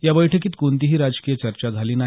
या बैठकित कोणतीही राजकीय चर्चा झाली नाही